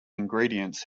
ingredients